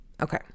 Okay